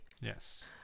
Yes